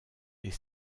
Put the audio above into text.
est